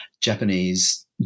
Japanese